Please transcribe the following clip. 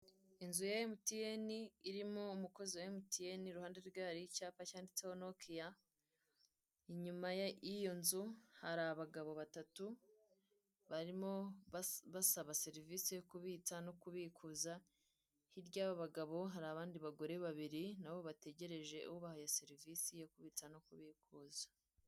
Inzu ya MTN irimo umukozi wa MTN iruhande rwe hariho icyapa cyanditseho Nokiya inyuma y'iyo nzu hari abagabo batatu barimo basaba serivise yo kubitsa no kubikuza hirya y'abo bagabo hari abagore babiri nabo bategeresje ubaha serivise yo kubitsa no kubikuza.